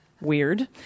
Weird